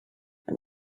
and